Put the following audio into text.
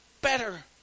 better